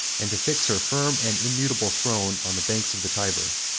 and to fix her firm and immutable throne on the banks of the tyber.